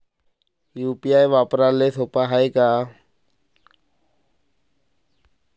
UPI वापराले सोप हाय का?